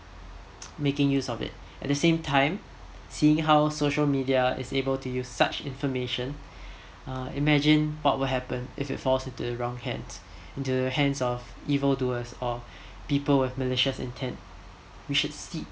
making use of it at the same time see how social media is able to use such information uh imagine what would happen if it falls into a wrong hands into the hands of evil doers or people with malicious intend we should seek